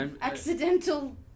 Accidental